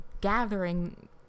gathering